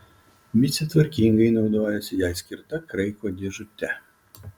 micė tvarkingai naudojasi jai skirta kraiko dėžute